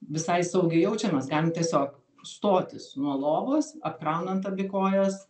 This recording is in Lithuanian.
visai saugiai jaučiamės galim tiesiog stotis nuo lovos apkraunant abi kojas